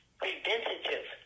preventative